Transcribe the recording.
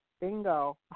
Bingo